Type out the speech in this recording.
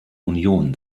union